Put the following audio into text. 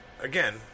Again